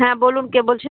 হ্যাঁ বলুন কে বলছেন